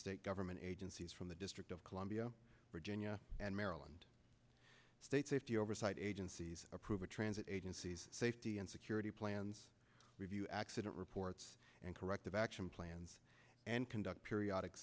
state government agencies from the district of columbia virginia and maryland state safety oversight agencies approve a transit agencies safety and security plans review accident reports and corrective action plans and conduct periodic